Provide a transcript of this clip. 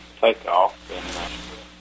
takeoff